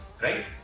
right